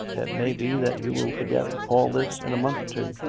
it may be that you will forget all this in a month or two.